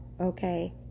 okay